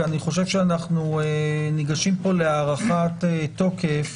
אני חושב שאנחנו ניגשים פה להארכת תוקף